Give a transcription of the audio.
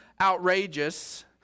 outrageous